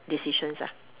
decisions ah